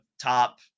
top